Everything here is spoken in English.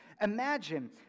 Imagine